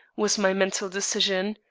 was my mental decision.